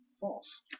False